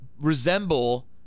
resemble